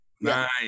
Nice